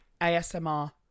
ASMR